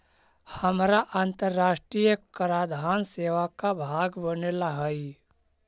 हमारा अन्तराष्ट्रिय कराधान सेवा का भाग बने ला हई